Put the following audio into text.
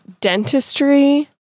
dentistry